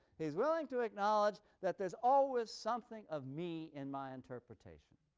he's willing to acknowledge that there's always something of me in my interpretation,